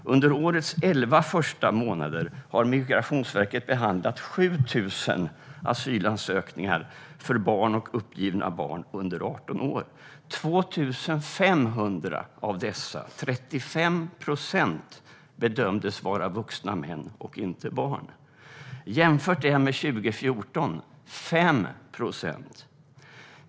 Under årets elva första månader har Migrationsverket behandlat 7 000 asylansökningar för barn och personer som uppgivit sig vara barn under 18 år. 2 500 av dessa, 35 procent, bedömdes vara vuxna män och inte barn. Jämför det med 2014, då det var 5 procent!